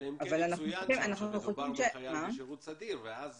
אלא אם כן יצוין שם שמדובר בחייל בשירות סדיר ואז